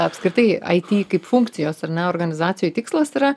apskritai aiti kaip funkcijos ar ne organizacijoj tikslas yra